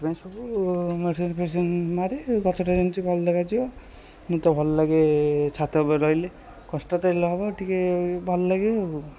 ସେଥିପାଇଁ ସବୁ ମେଡ଼ିସିନ୍ ଫେଡ଼ିସିନ୍ ମାରେ ଗଛଟା ଯେମିତି ଭଲ ଦେଖାଯିବ ମୋତେ ଭଲଲାଗେ ଛାତ ଓପରେ ରହିଲେ କଷ୍ଟ ତ ହେଲେ ହେବ ଟିକିଏ ଭଲଲାଗେ ଆଉ